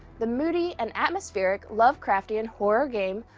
the moody and atmospheric lovecraftian and horror game,